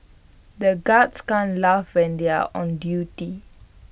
the guards can't laugh when they are on duty